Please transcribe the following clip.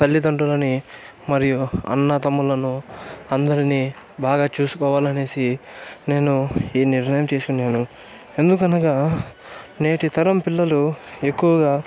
తల్లిదండ్రులని మరియు అన్నాతమ్ముళ్ళను అందరినీ బాగా చూసుకోవాలనేసి నేను ఈ నిర్ణయం తీసుకున్నాను ఎందుకనగా నేటి తరం పిల్లలు ఎక్కువగా